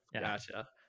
Gotcha